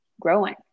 growing